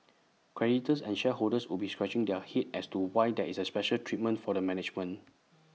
creditors and shareholders would be scratching their heads as to why there is A special treatment for the management